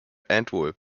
antwerp